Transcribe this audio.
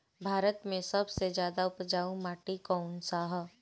भारत मे सबसे ज्यादा उपजाऊ माटी कउन सा ह?